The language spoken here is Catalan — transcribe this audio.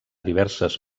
diverses